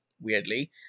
Weirdly